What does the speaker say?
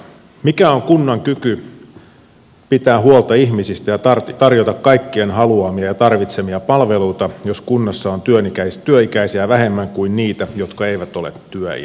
mikä on kunnan kyky pitää huolta ihmisistä ja tarjota kaikkien haluamia ja tarvitsemia palveluita jos kunnassa on työikäisiä vähemmän kuin niitä jotka eivät ole työiässä